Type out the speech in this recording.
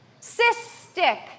Cystic